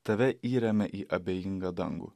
tave įremia į abejingą dangų